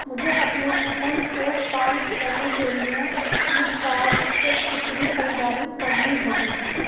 مجھے اپنے کوپنز کو فعال کرنے کے لیے فلپکارڈ سے کتنی خریداری کرنی ہوگی